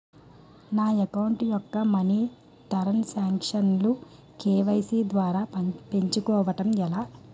నా అకౌంట్ యెక్క money transaction లు కే.వై.సీ ద్వారా పెంచుకోవడం ఎలా?